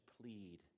plead